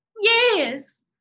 Yes